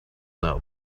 now